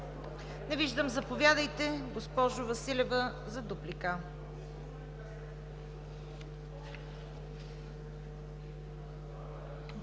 Не виждам. Заповядайте, госпожо Василева, за дуплика.